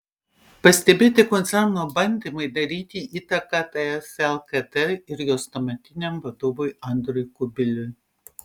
pastebėti koncerno bandymai daryti įtaką ts lkd ir jos tuometiniam vadovui andriui kubiliui